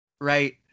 right